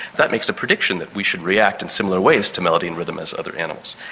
that makes a prediction that we should react in similar ways to melody and rhythm as other animals.